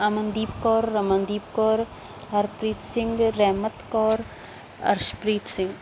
Amandeep Kaur Ramandeep Kaur Harpreet Singh Rehmat Kaur Arshpreet Singh